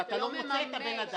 ואתה לא מוצא את הבן-אדם.